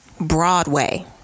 Broadway